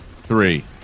three